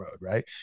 Right